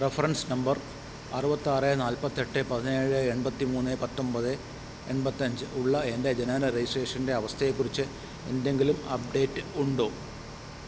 reference number അറുപത്തിയാറ് നാൽപത്തിയെട്ട് പതിനേഴ് എൺപത്തിമൂന്ന് പത്തൊൻപത് എൺപത്തിയഞ്ച് ഉള്ള എൻ്റെ ജനന രജിസ്ട്രേഷൻ്റെ അവസ്ഥയെക്കുറിച്ച് എന്തെങ്കിലും അപ്ഡേറ്റ് ഉണ്ടോ